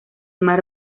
mar